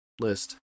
list